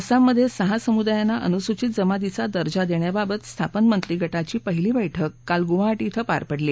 आसामध्ये सहा समुदायांना अनुसूचित जमातीचा दर्जा देण्याबाबत स्थापन मंत्रिगटाची पहिली बैठक काल गुवाहाटी कें पार पडली